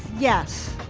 yes.